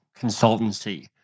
consultancy